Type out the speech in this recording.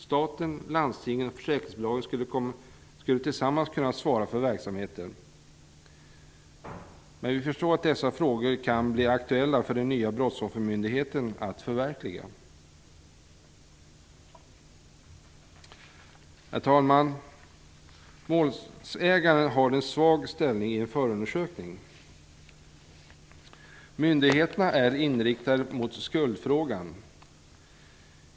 Staten, landstingen och försäkringsbolagen skulle tillsammans kunna svara för verksamheten. Men vi förstår att dessa frågor kan bli aktuella för den nya brottsoffermyndigheten att lösa. Herr talman! Målsägaren har en svag ställning i en förundersökning. Myndigheterna är inriktade på skuldfrågan.